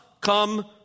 come